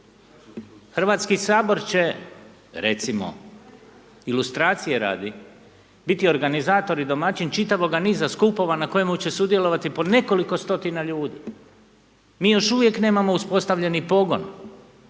Hrvatski sabor će recimo ilustracije radi biti organizator i domaćin čitavoga niza skupova na kojima će sudjelovati po nekoliko stotina ljudi. Mi još uvijek nemamo uspostavljeni pogon